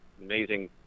amazing